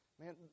man